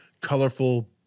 colorful